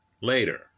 later